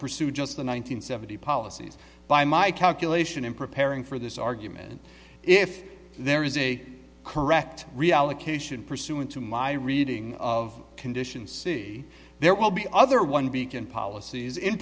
pursue just the one nine hundred seventy policies by my calculation in preparing for this argument if there is a correct reallocation pursuant to my reading of condition c there will be other one beacon policies in